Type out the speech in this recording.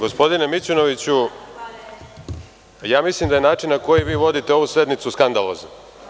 Gospodine Mićunoviću, ja mislim da je način na koji vi vodite ovu sednicu skandalozan.